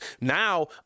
Now